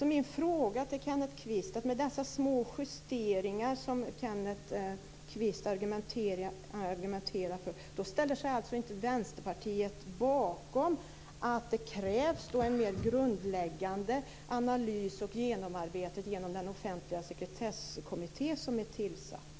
Min fråga till Kenneth Kvist är: Med dessa små justeringar, som Kenneth Kvist argumenterar för, ställer sig alltså inte Vänsterpartiet bakom att det krävs en mer grundläggande analys och genomarbetning genom den offentliga sekretesskommitté som är tillsatt?